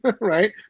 right